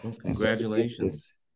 Congratulations